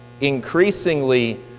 increasingly